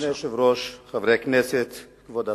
אדוני היושב-ראש, חברי הכנסת, כבוד השר,